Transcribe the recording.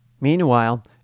Meanwhile